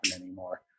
anymore